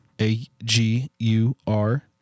A-G-U-R